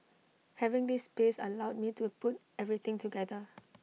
having this space allowed me to put everything together